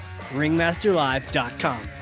Ringmasterlive.com